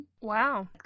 Wow